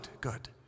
good